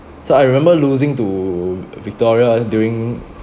so I remember losing to victoria during